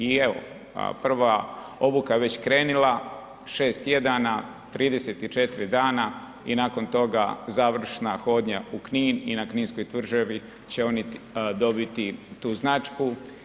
I evo prva je obuka već krenula šest tjedana, 34 dana i nakon toga završna hodnja u Knin i na Kninskog tvrđavi će oni dobiti tu značku.